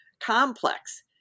complex